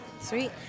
Sweet